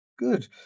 Good